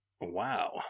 wow